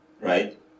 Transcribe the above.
right